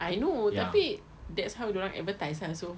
I know tapi that's how they advertise ah so